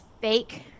fake